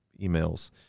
emails